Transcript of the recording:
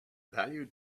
value